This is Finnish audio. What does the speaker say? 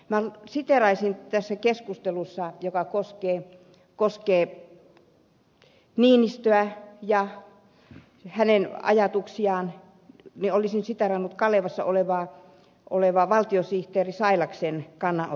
minä siteeraisin tässä keskustelussa joka koskee puhemies niinistöä ja hänen ajatuksiaan kalevassa olevaa valtiosihteeri sailaksen kannanottoa